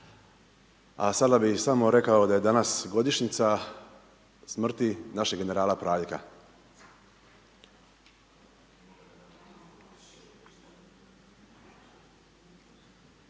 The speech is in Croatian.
a sada bi samo rekao da je danas godišnjica smrti našeg generala Praljka.